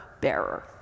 bearer